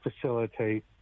facilitate